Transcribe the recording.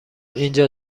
اینجا